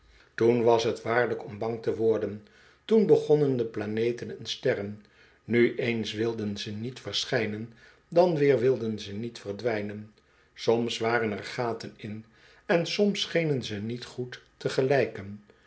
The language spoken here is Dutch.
toen was t waarlijk om bang te worden toen begonnen de planeten en sterren nu eens wilden ze niet verschijnen dan weer wilden ze niet verdwijnen soms waren er gaten in en soms schenen ze niet goed te